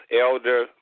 Elder